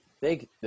big